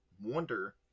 wonder